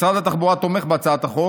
משרד התחבורה תומך בהצעת החוק,